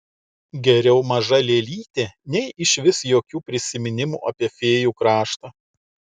geriau maža lėlytė nei išvis jokių prisiminimų apie fėjų kraštą